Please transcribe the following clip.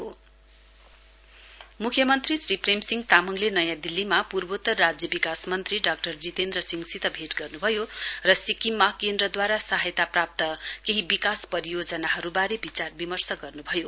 CM Delhi visit म्ख्यमन्त्री श्री प्रेम सिंह तामाङले हिजो नयाँ दिल्लीमा पूर्वोत्तर राज्य विकास मन्त्री डाक्टर जितेन्द्र सिंहसित भैट गर्नु भयो र सिक्किममा केन्द्रद्वारा सहायता प्राप्त केही विकास परियोजनाहरूबहारे विचार विमर्श गर्नुभयो